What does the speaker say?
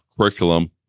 curriculum